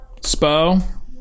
Spo